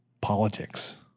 politics